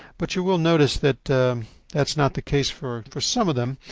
but, you will notice that that's not the case for for some of them.